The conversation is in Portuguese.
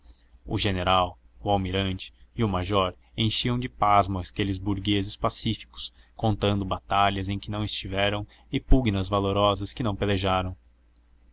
o general o almirante e o major enchiam de pasmo aqueles burgueses pacíficos contando batalhas em que não estiveram e pugnas valorosas que não pelejaram